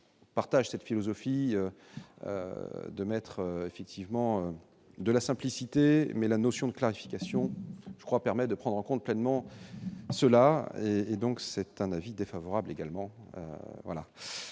Partage cette philosophie de mettre effectivement de la simplicité, mais la notion de clarification, je crois, permet de prendre en compte pleinement cela et et donc c'est un avis défavorable également